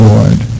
Lord